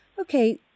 Okay